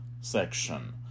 section